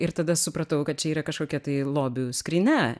ir tada supratau kad čia yra kažkokia tai lobių skrynia